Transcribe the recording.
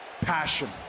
Passion